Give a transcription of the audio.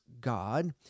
God